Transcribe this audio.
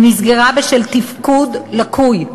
היא נסגרה בשל תפקוד לקוי,